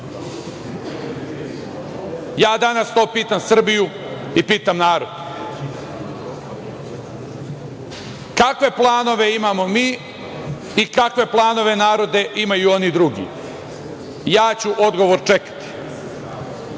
danas to pitam Srbiju i pitam narod, kakve planove imamo mi i kakve planove, narode, imaju oni drugi? Ja ću odgovor čekati.